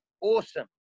Awesome